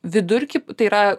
vidurkį tai yra